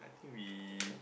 I think we